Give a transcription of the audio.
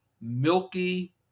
milky